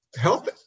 health